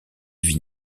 vit